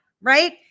right